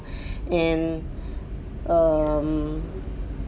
and um